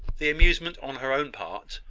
the amusement on her own part,